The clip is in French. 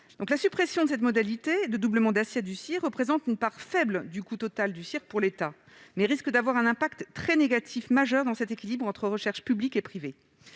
La suppression de cette modalité de doublement d'assiette du CIR ne représente qu'une part faible du coût total du crédit d'impôt recherche pour l'État, mais risque d'avoir un impact négatif majeur dans cet équilibre entre recherche publique et privée.